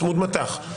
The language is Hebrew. צמוד מט"ח.